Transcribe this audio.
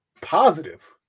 positive